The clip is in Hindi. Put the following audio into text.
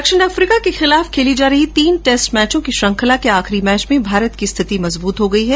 दक्षिण अफ्रीका के खिलाफ खेली जा रही तीन टैस्ट मैचों की श्रृंखला के आखिरी मैच में भारत की स्थिति काफी मजबूत हो गई है